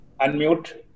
Unmute